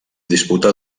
disputà